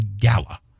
Gala